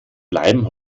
bleiben